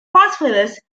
phosphorus